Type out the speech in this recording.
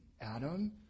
Adam